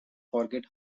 forget